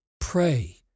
Pray